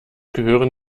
gehören